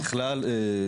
ככלל,